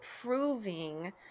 proving